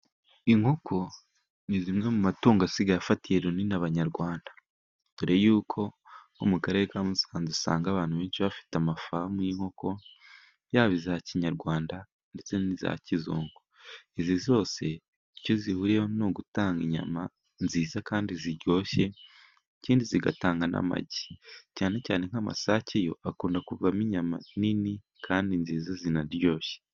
Inkoko ni zimwe mu matungo asigaye afatiye runini abanyarwanda, dore yuko nko mu karere ka Musanze, usanga abantu benshi bafite amafamu y'inkoko, yaba iza kinyarwanda ndetse n'iza kizungu. Izi zose icyo zihuriyeho ni ugutanga inyama nziza, kandi ziryoshye, ikindi zigatanga n'amagi, cyane cyane nk'amasake yo akunda kuvamo inyama nini, kandi nziza zinaryoshye.